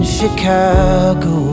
Chicago